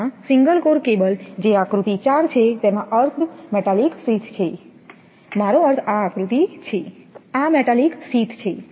ત્યાં single core cable જે આકૃતિ 4 છે તેમાં અર્થડ મેટાલિક શીથ છે મારો અર્થ આ આકૃતિ છે આ મેટાલિક શીથ છે